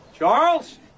Charles